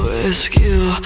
rescue